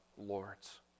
lords